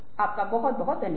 आपका बहुत धन्यवाद